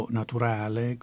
naturale